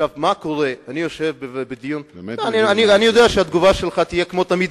אני יודע שהתגובה שלך תהיה כמו תמיד,